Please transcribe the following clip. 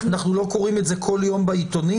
אנחנו לא קוראים את זה כל יום בעיתונים?